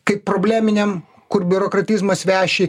kaip probleminėm kur biurokratizmas veši